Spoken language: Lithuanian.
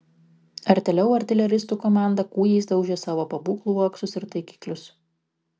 artėliau artileristų komanda kūjais daužė savo pabūklų uoksus ir taikiklius